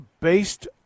Based